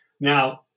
Now